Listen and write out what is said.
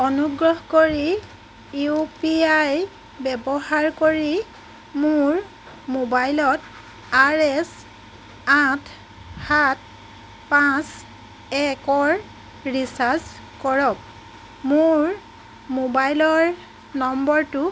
অনুগ্ৰহ কৰি U P I ব্যৱহাৰ কৰি মোৰ ম'বাইলত আৰ এছ আঠ সাত পাঁচ একৰ ৰিচাৰ্জ কৰক মোৰ ম'বাইলৰ নম্বৰটো